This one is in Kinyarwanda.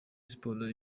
sports